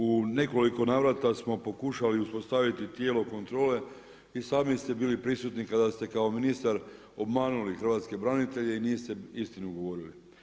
U nekoliko navrata smo pokušali uspostaviti tijelo kontrole i sami ste bili prisutni kada ste kao ministar obmanuli hrvatske branitelje i niste istinu govorili.